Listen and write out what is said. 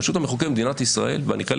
הרשות המחוקקת במדינת ישראל - ואני חלק